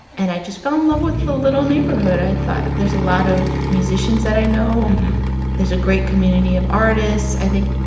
and i just fell in love with the little neighborhood. i thought, there's a lot of musicians that i know there's a great community of artists. i think,